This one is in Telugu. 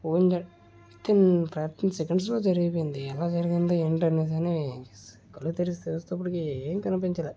ఊహించ విత్ ఇన్ ఫ్రాక్షన్ సెకండ్స్లో జరిగిపోయింది ఎలా జరిగింది ఏంటనేది అని కళ్ళు తెరచి చూసేటప్పటికి ఏం కనిపించలే